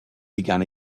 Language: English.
began